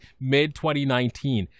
mid-2019